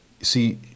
See